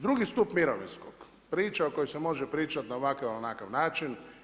Drugi stup mirovinskog, priča o kojoj se može pričati na ovakav ili onakav način.